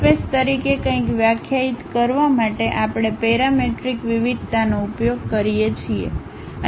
surface તરીકે કંઈક વ્યાખ્યાયિત કરવા માટે આપણે પેરામેટ્રિક વિવિધતાનો ઉપયોગ કરીએ છીએ